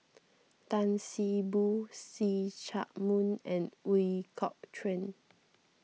Tan See Boo See Chak Mun and Ooi Kok Chuen